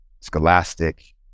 scholastic